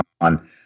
on